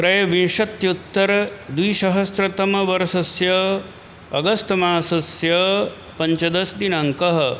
त्रयोविंशत्युत्तरद्विसहस्रतमवर्षस्य अगस्त् मासस्य पञ्चदशदिनाङ्कः